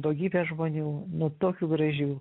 daugybė žmonių nu tokių gražių